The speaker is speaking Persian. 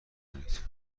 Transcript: کنید